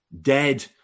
dead